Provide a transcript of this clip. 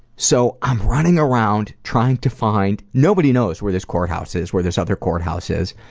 so i'm running around trying to find nobody knows where this courthouse is, where this other courthouse is.